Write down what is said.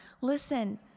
listen